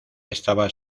estaba